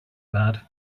bad